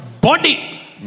body